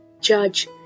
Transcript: judge